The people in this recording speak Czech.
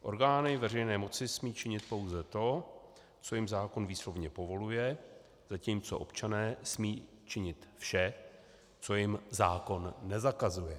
Orgány veřejné moci smí činit pouze to, co jim zákon výslovně povoluje, zatímco občané smí činit vše, co jim zákon nezakazuje.